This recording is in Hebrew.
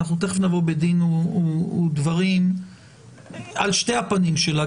תכף נבוא בדין ודברים על שתי הפנים שלה,